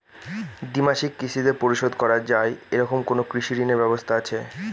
দ্বিমাসিক কিস্তিতে পরিশোধ করা য়ায় এরকম কোনো কৃষি ঋণের ব্যবস্থা আছে?